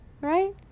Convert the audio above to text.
right